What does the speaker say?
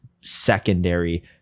secondary